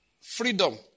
freedom